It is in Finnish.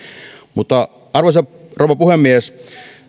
arvoisa rouva puhemies